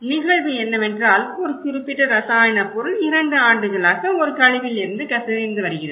நிகழ்வு என்னவென்றால் ஒரு குறிப்பிட்ட இரசாயன பொருள் இரண்டு ஆண்டுகளாக ஒரு கழிவிலிருந்து கசிந்து வருகிறது